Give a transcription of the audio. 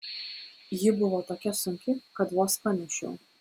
ji buvo tokia sunki kad vos panešiau